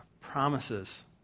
promises